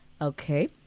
Okay